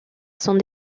sont